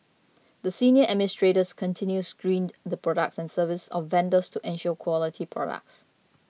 the senior administrators continuously screened the products and services of vendors to ensure quality products